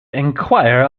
enquire